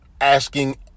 asking